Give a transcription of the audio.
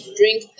drink